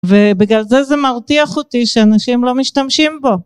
ובגלל זה זה מרתיח אותי שאנשים לא משתמשים בו